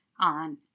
on